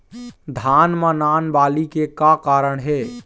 धान म नान बाली के का कारण हे?